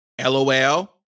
LOL